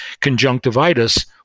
conjunctivitis